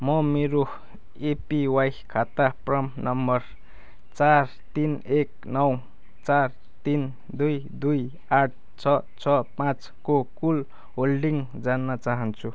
म मेरो एपिवाई खाता प्रान नम्बर चार तिन एक नौ चार तिन दुई दुई आठ छ छ पाँचको कुल होल्डिङ जान्न चाहन्चु